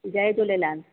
Jay Jhulelal